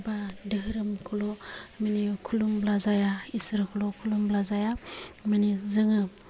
बा धोरोमखौल' माने खुलुमब्ला जाया इसोरखौल' खुलुमब्ला जाया मानि जोङो